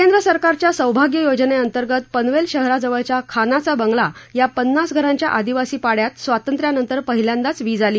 केंद्र सरकारच्या सौभाग्य योजनेअंतर्गत पनवेल शहराजवळच्या खानाचा बंगला या पन्नास घरांच्या आदिवासी पाङ्यात स्वातंत्र्यानंतर पहिल्यांदाच वीज आली